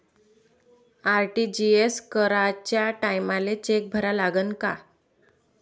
RTGS कराच्या टायमाले cheque भरा लागन का?